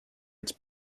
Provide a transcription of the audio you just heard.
its